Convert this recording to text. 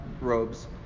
robes